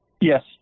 Yes